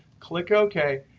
click ok.